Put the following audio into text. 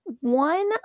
One